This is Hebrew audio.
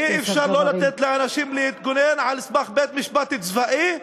אי-אפשר לא לתת לאנשים להתגונן על סמך בית-משפט צבאי,